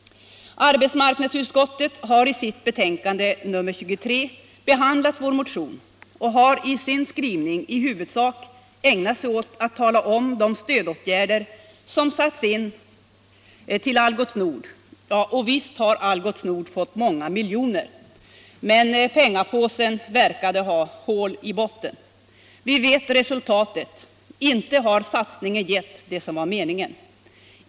Arbetsmarknadsutskottet har i sitt betänkande nr 23 behandlat vår motion och har i sin skrivning i huvudsak ägnat sig åt att tala om vilka stödåtgärder som satts in för Algots Nord. Och visst har Algots Nord fått många miljoner, men penningpåsen verkar ha hål i botten. Vi vet resultatet: inte har satsningen gett det som var meningen.